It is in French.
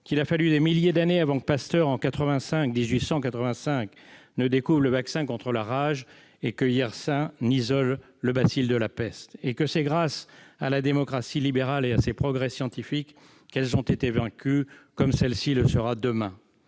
qu'il a fallu des milliers d'années avant que Pasteur, en 1885, ne découvre le vaccin contre la rage et que Yersin n'isole le bacille de la peste, et que c'est grâce à la démocratie libérale et à ses progrès scientifiques qu'elles ont été vaincues comme celle-ci le sera demain.